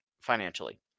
financially